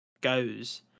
goes